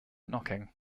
knocking